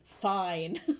fine